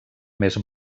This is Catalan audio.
més